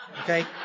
Okay